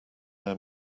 air